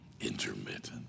intermittent